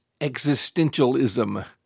existentialism